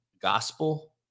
gospel